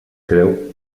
creu